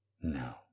No